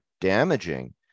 damaging